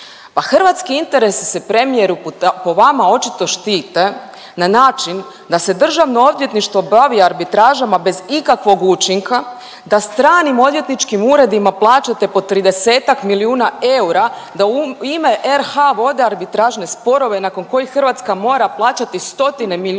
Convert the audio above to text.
hrvatski interesi se premijeru po vama očito štite na način da se Državno odvjetništvo bavi arbitražama bez ikakvog učinka, da stranim odvjetničkim uredima plaćate po 30-ak milijuna eura da u ime RH vode arbitražne sporove nakon kojih Hrvatska mora plaćati stotine milijuna